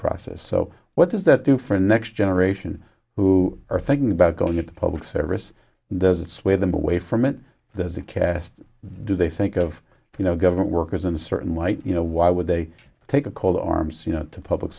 process so what does that do for the next generation who are thinking about going into public service does it sway them away from it there's a cast do they think of you know government workers in a certain light you know why would they take a call to arms you know to public